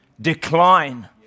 decline